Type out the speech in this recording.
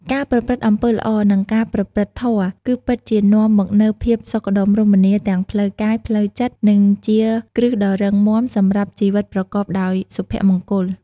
ការប្រព្រឹត្តអំពើល្អ និងការប្រតិបត្តិធម៌ គឺពិតជានាំមកនូវភាពសុខដុមរមនាទាំងផ្លូវកាយ ផ្លូវចិត្ត និងជាគ្រឹះដ៏រឹងមាំសម្រាប់ជីវិតប្រកបដោយសុភមង្គល។